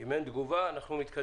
אם אין תגובה, אנחנו מתקדמים.